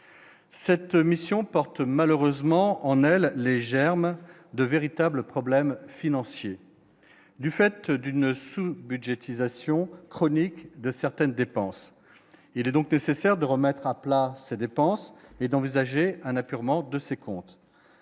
cette mission porte malheureusement en elle les germes de véritables problèmes financiers du fait d'une sous-budgétisation chronique de certaines dépenses, il est donc nécessaire de remettre à plat ses dépenses et d'envisager un apurement de ses comptes,